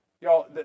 Y'all